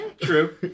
True